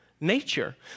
Nature